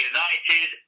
United